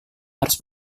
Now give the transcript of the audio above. harus